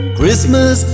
Christmas